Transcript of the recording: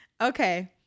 Okay